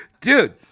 Dude